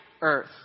earth